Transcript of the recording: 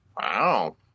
Wow